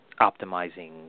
optimizing